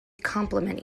complement